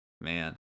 man